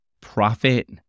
profit